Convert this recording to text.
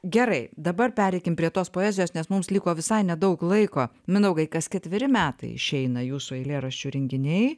gerai dabar pereikim prie tos poezijos nes mums liko visai nedaug laiko mindaugai kas ketveri metai išeina jūsų eilėraščių rinkiniai